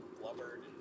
blubbered